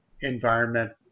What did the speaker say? environment